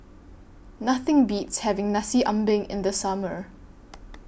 Nothing Beats having Nasi Ambeng in The Summer